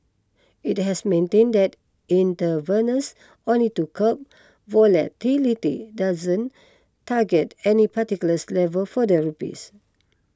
it has maintained that intervenes only to curb volatility and doesn't target any particulars level for the rupees